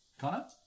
Connor